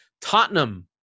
Tottenham